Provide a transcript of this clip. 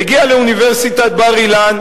מגיע מאוניברסיטת בר-אילן,